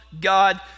God